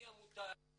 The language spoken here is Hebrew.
אני עמותה,